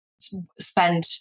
spend